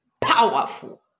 powerful